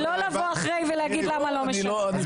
ולא לבוא אחרי ולהגיד: למה לא --- אז